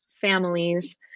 families